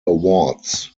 awards